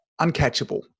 uncatchable